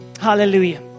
Hallelujah